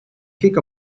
kick